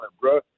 bro